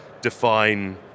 define